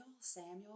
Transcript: Samuel